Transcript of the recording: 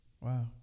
Wow